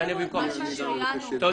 אנחנו לא